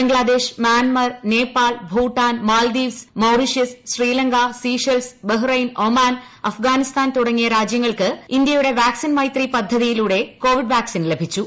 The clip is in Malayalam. Bangladesh Myanmar Nepal Bhutan Maldives Mauritius Sri Lanka Seychelles Bahrain Oman Afghanistan തുടങ്ങിയ രാജ്യങ്ങൾക്ക് ഇന്ത്യയുടെ വാക്സിൻ മൈത്രി പദ്ധതിയിലൂടെ കോവിഡ് വാക്സിൻ ലഭിച്ചു